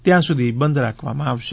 ત્યાં સુધી બંધ રાખવામાં આવશે